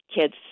kids